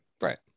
Right